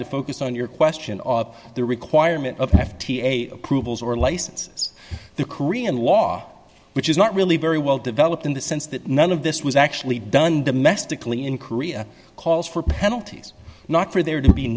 to focus on your question op the requirement of hefty a approvals or license is the korean law which is not really very well developed in the sense that none of this was actually done domestically in korea calls for penalties not for there to be